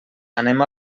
anem